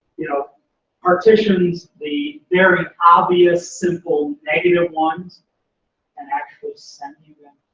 you know partitions, the very obvious, simple, negative ones and actually sending them